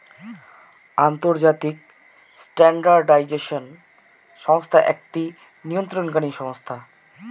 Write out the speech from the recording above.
আন্তর্জাতিক স্ট্যান্ডার্ডাইজেশন সংস্থা একটি নিয়ন্ত্রণকারী সংস্থা